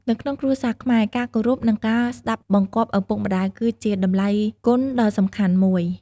នៅក្នុងគ្រួសារខ្មែរ ការគោរព និងការស្តាប់បង្គាប់ឪពុកម្ដាយគឺជាតម្លៃគុណដ៏សំខាន់មួយ។